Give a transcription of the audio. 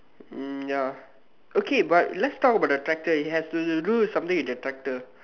um ya okay but let's talk about the tractor it has to do something with the tractor